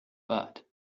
but